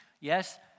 Yes